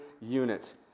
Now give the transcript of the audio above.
unit